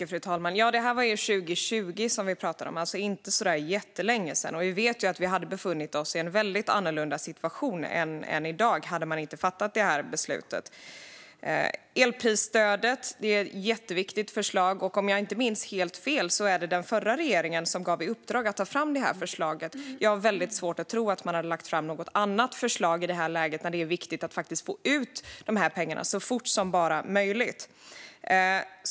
Fru talman! Vi pratar om 2020, alltså inte så jättelänge sedan. Vi vet att vi hade befunnit oss i en väldigt annorlunda situation i dag om man inte hade fattat det beslutet. Elprisstödet är ett jätteviktigt förslag, och om jag inte minns helt fel var det den förra regeringen som gav uppdraget att ta fram förslaget. Jag har väldigt svårt att tro att man hade lagt fram något annat förslag i ett läge när det är viktigt att faktiskt få ut pengarna så fort som det bara är möjligt.